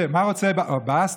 שמה רוצה עבאס,